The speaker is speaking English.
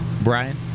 Brian